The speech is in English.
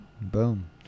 Boom